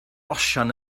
osian